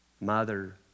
Mother